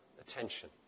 attention